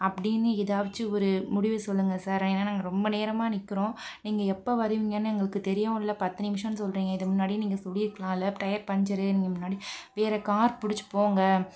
அப்படின்னு எதாச்சும் ஒரு முடிவு சொல்லுங்கள் சார் ஏன்னா நாங்கள் ரொம்ப நேரமாக நிற்கிறோம் நீங்கள் எப்போ வருவீங்கன்னு எங்களுக்கு தெரியவும் இல்லை பத்து நிமிடம்னு சொல்கிறீங்க இதை முன்னாடியே நீங்கள் சொல்லியிருக்கலாம்ல டயர் பஞ்சரு நீங்கள் முன்னாடி வேறே கார் பிடிச்சு போங்க